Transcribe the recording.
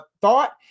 thought